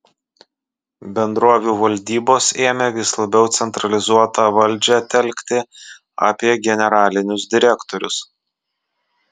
bendrovių valdybos ėmė vis labiau centralizuotą valdžią telkti apie generalinius direktorius